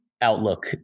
outlook